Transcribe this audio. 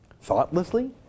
thoughtlessly